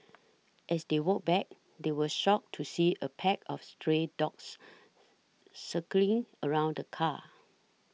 as they walked back they were shocked to see a pack of stray dogs circling around the car